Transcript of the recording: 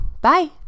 Bye